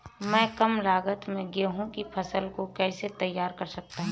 मैं कम लागत में गेहूँ की फसल को कैसे तैयार कर सकता हूँ?